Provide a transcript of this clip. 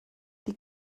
die